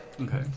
Okay